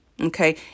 Okay